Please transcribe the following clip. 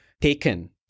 taken